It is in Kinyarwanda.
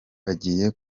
bagiye